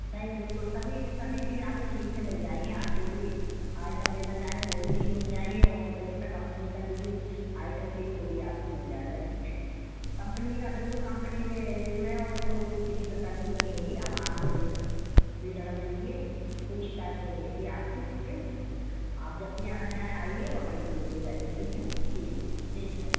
नई बिल्कुल सभी सभी चीज़ आपको ठीक से मिल जाएंगी आप जो भी आइटम लेना चाहेंगे वह भी ठीक मिल जाएंगे और जैसा कम्पनी का जो भी आइटम चाहिए वह भी आपको मिल जाएगा ठीक है कम्पनी का बिल्कुल कम्पनी के रेट में और बिल्कुल कोई किसी प्रकार की वह नई होगी आप आराम से देख सक बेधड़क लीजिए कोई शिकायत नही मिलेगी आपको ठीक है आप जब भी आना चाहें आइए और बिल्कुल लेकर जाइए ठीक है ठीक है ठीक है